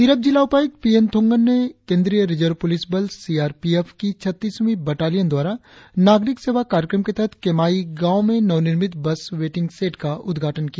तिरप जिला उपायुक्त P N Thongon ने केंद्रीय रिजर्व पुलिस बल सी आर पी एफ की छत्तीसवीं बटालियन द्वारा नाग़रिक सेवा कार्यक्रम के तहत केमाई गांव में नवनिर्मित बस वेटिंग शेड का उद्घाटन किया